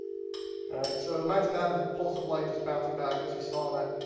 so imagine that as a pulse of light just bouncing back as you saw in that,